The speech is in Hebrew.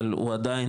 אבל הוא עדיין,